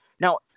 Now